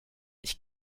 ich